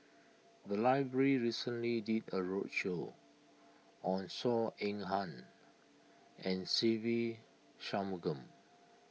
the library recently did a roadshow on Saw Ean Ang and Se Ve Shanmugam